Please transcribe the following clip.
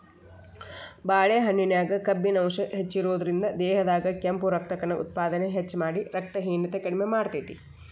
ಬಾಳೆಹಣ್ಣಿನ್ಯಾಗ ಕಬ್ಬಿಣ ಅಂಶ ಹೆಚ್ಚಿರೋದ್ರಿಂದ, ದೇಹದಾಗ ಕೆಂಪು ರಕ್ತಕಣ ಉತ್ಪಾದನೆ ಹೆಚ್ಚಮಾಡಿ, ರಕ್ತಹೇನತೆ ಕಡಿಮಿ ಮಾಡ್ತೆತಿ